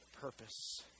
purpose